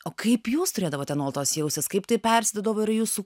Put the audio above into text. o kaip jūs turėdavote nuolatos jaustis kaip tai persiduodavo ir jūsų